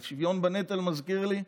שוויון בנטל מזכיר לי,